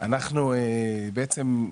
אנחנו בעצם,